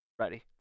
Ready